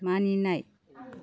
मानिनाय